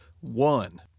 one